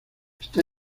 esta